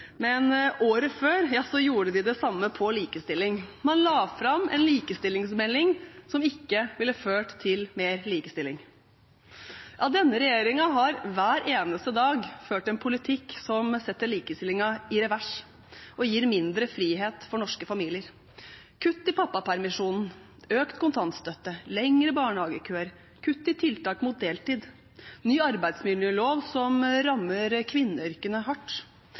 men året før gjorde de det samme på likestilling. Man la fram en likestillingsmelding som ikke ville ført til mer likestilling. Denne regjeringen har hver eneste dag ført en politikk som setter likestillingen i revers og gir mindre frihet for norske familier: kutt i pappapermisjonen, økt kontantstøtte, lengre barnehagekøer, kutt i tiltak mot deltid, ny arbeidsmiljølov som rammer kvinneyrkene hardt.